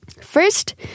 First